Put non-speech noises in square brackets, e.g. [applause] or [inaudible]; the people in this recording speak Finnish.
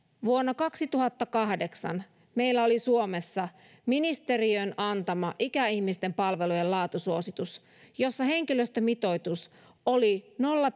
vuonna kaksituhattakahdeksan meillä oli suomessa ministeriön antama ikäihmisten palvelujen laatusuositus jossa henkilöstömitoitus oli nolla [unintelligible]